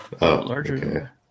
Larger